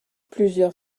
plusieurs